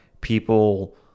people